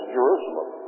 Jerusalem